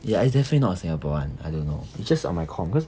ya it's definitely not singapore one I don't know it's just on my com cause